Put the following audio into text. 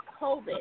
COVID